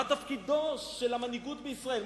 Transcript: מה תפקידה של המנהיגות בישראל,